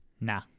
Nah